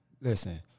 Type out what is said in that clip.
Listen